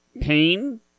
pain